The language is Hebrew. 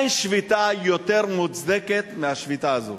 אין שביתה יותר מוצדקת מהשביתה הזאת.